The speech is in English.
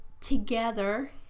together